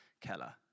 Keller